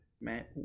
Man